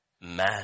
man